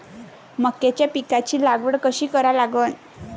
मक्याच्या पिकाची लागवड कशी करा लागन?